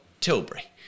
Tilbury